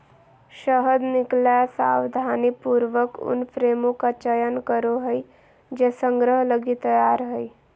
शहद निकलैय सावधानीपूर्वक उन फ्रेमों का चयन करो हइ जे संग्रह लगी तैयार हइ